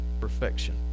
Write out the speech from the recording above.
perfection